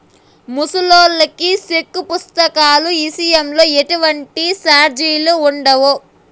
ముసలాల్లకి సెక్కు పుస్తకాల ఇసయంలో ఎటువంటి సార్జిలుండవు